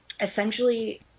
essentially